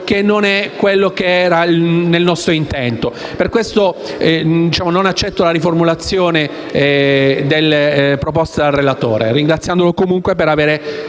Grazie,